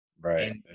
Right